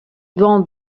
ban